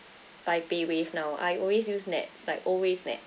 by paywave now I always use nets like always nets